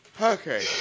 okay